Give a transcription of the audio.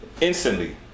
instantly